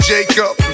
Jacob